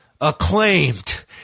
acclaimed